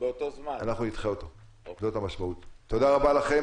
תודה רבה לכם,